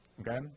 Okay